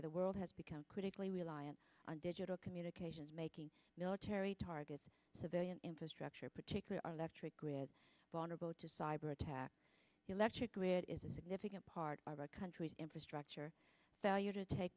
the world has become critically reliant on digital communications making military targets civilian infrastructure particularly our electric grid vulnerable to cyber attack electric grid is a significant part of our country's infrastructure value to take